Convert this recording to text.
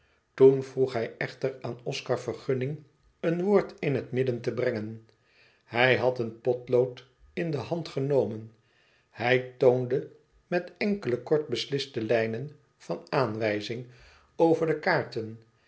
toen vroeg hij echter aan oscar vergunning een woord in het midden te brengen hij had een potlood in de hand genomen hij toonde met enkele kort besliste lijnen van aanwijzing over de kaarten